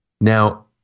Now